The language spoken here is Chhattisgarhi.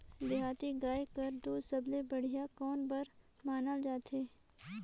देहाती गाय कर दूध सबले बढ़िया कौन बर मानल जाथे?